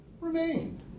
remained